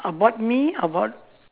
about me about